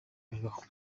bibaho